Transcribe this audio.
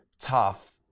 tough